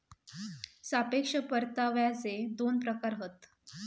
सापेक्ष परताव्याचे दोन प्रकार हत